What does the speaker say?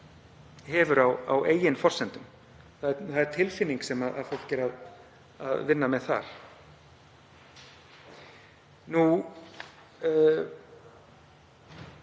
hefur á eigin forsendum. Það er tilfinning sem fólk er að vinna með þar. Svo